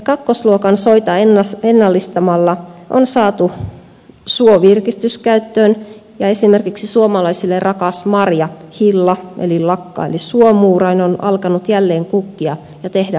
kakkosluokan soita ennallistamalla on saatu suo virkistyskäyttöön ja esimerkiksi suomalaisille rakas marja hilla eli lakka eli suomuurain on alkanut jälleen kukkia ja tehdä marjoja